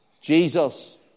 Jesus